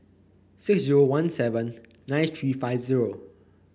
six zero one seven nine three five zero